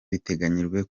biteganyijwe